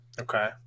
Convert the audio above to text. Okay